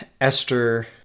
Esther